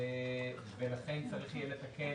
ולכן צריך יהיה לתקן.